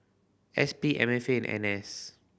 S P M F A and N S